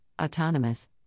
autonomous